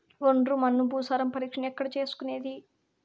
ఒండ్రు మన్ను భూసారం పరీక్షను ఎక్కడ చేసుకునేది?